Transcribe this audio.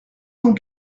cent